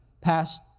passed